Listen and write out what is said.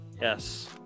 yes